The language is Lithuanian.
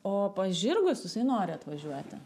o pas žirgus jisai nori atvažiuoti